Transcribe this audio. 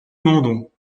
mandon